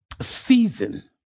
season